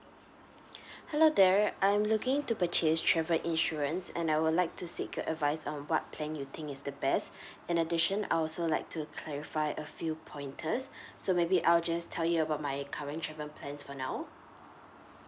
hello there I'm looking to purchase travel insurance and I would like to seek your advice on what plan you think is the best in addition I also like to clarify a few pointers so maybe I'll just tell you about my current travel plans for now